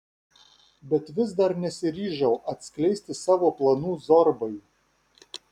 bet vis dar nesiryžau atskleisti savo planų zorbai